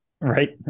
Right